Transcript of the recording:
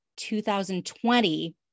2020